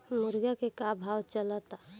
मुर्गा के का भाव चलता?